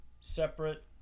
separate